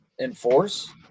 enforce